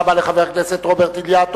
תודה רבה לחבר הכנסת אילטוב.